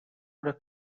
oder